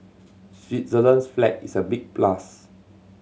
Switzerland's flag is a big plus